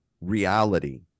reality